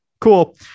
Cool